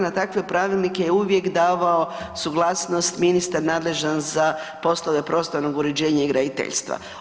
Na takve pravilnike je uvijek davao suglasnost ministar nadležan za poslove prostornog uređenja i graditeljstva.